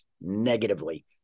negatively